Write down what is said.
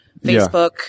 Facebook